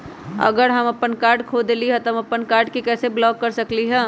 अगर हम अपन कार्ड खो देली ह त हम अपन कार्ड के कैसे ब्लॉक कर सकली ह?